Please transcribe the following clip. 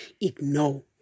ignore